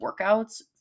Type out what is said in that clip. workouts